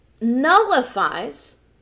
nullifies